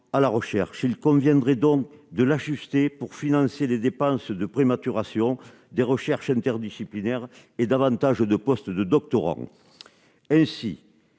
à la recherche, il conviendrait donc de l'ajuster pour financer les dépenses de prix maturation des recherches interdisciplinaires et davantage de postes de doctorat ainsi,